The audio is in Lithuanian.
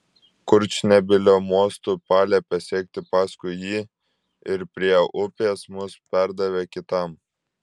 kurčnebylio mostu paliepė sekti paskui jį ir prie upės mus perdavė kitam